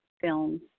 Films